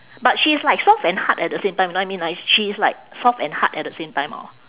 but she's like soft and hard at the same time you know I mean like she is like soft and hard at the same time orh